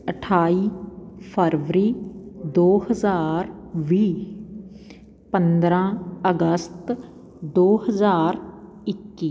ਅਠਾਈ ਫਰਵਰੀ ਦੋ ਹਜ਼ਾਰ ਵੀਹ ਪੰਦਰ੍ਹਾਂ ਅਗਸਤ ਦੋ ਹਜ਼ਾਰ ਇੱਕੀ